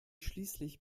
schließlich